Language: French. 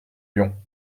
lyon